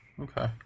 Okay